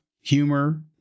humor